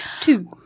Two